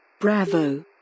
Bravo